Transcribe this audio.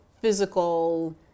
physical